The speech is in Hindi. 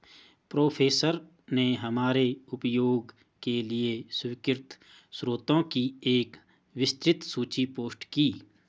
प्रोफेसर ने हमारे उपयोग के लिए स्वीकृत स्रोतों की एक विस्तृत सूची पोस्ट की